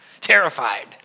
terrified